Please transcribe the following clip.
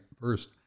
First